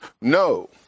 No